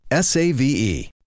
SAVE